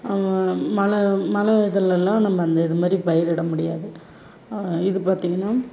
மழை மழை இதெலலாம் நம்ம அந்த இது மாதிரி பயிரிட முடியாது இது பார்த்தீங்கன்னா